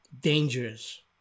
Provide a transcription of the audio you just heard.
dangerous